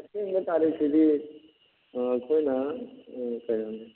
ꯑꯁꯦꯡꯕ ꯇꯥꯔꯤꯛꯁꯤꯗꯤ ꯑꯩꯈꯣꯏꯅ ꯀꯩꯅꯣꯅꯤ